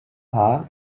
pas